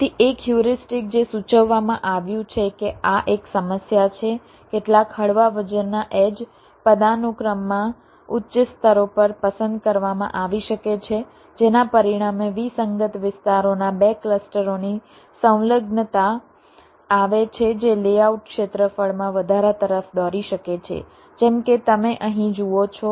તેથી એક હ્યુરિસ્ટિક જે સૂચવવામાં આવ્યું છે કે આ એક સમસ્યા છે કેટલાક હળવા વજનના એડ્જ પદાનુક્રમમાં ઉચ્ચ સ્તરો પર પસંદ કરવામાં આવી શકે છે જેના પરિણામે વિસંગત વિસ્તારોના બે ક્લસ્ટરોની સંલગ્નતા આવે છે જે લેઆઉટ ક્ષેત્રફળમાં વધારા તરફ દોરી શકે છે જેમ કે તમે અહીં જુઓ છો